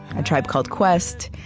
a tribe called quest,